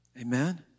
Amen